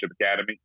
Academy